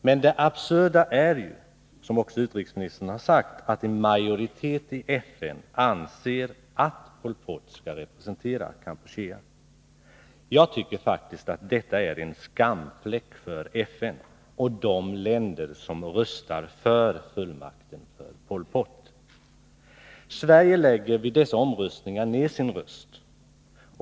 Men det absurda är att en majoritet i FN anser att Pol Pot skall representera Kampuchea. Jag tycker faktiskt att detta är en skamfläck för FN och de länder som röstar för fullmakten för Pol Pot. Sverige lägger vid dessa omröstningar ned sin röst.